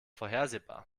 vorhersehbar